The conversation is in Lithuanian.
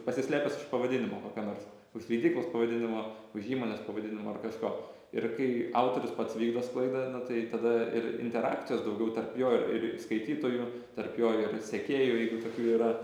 pasislėpęs už pavadinimo kokio nors už leidyklos pavadinimo už įmonės pavadinimo ar kažko ir kai autorius pats vykdo sklaidą na tai tada ir interakcijos daugiau tarp jo ir ir skaitytojų tarp jo ir sekėjų jeigu tokių yra